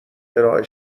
ارائه